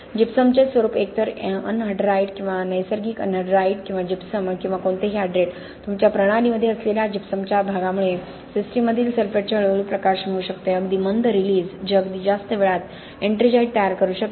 जिप्समचे स्वरूप एकतर एनहाइड्राइड किंवा नैसर्गिक एनहाइड्राइड किंवा जिप्सम किंवा कोणतेही हायड्रेट तुमच्या प्रणालीमध्ये असलेल्या जिप्समच्या प्रकारामुळे सिस्टीममधील सल्फेट्सचे हळूहळू प्रकाशन होऊ शकते अगदी मंद रिलीझ जे अगदी जास्त वेळात एट्रिंजाइट तयार करू शकते